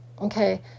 Okay